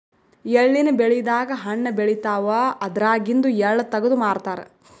ಎಳ್ಳಿನ್ ಬೆಳಿದಾಗ್ ಹಣ್ಣ್ ಬೆಳಿತಾವ್ ಅದ್ರಾಗಿಂದು ಎಳ್ಳ ತಗದು ಮಾರ್ತಾರ್